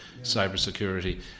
cybersecurity